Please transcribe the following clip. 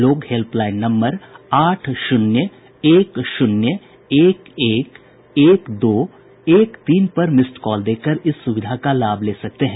लोग helpline number आठ शुन्य एक शुन्य एक एक एक दो एक तीन पर मिस्ड कॉल देकर इस सुविधा का लाभ ले सकते हैं